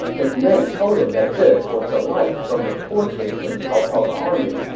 his men told him that this was the light from the torches in cao cao's army.